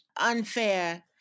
unfair